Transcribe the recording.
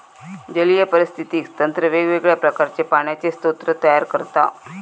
जलीय पारिस्थितिकी तंत्र वेगवेगळ्या प्रकारचे पाण्याचे स्रोत तयार करता